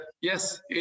yes